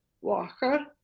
walker